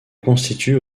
constituent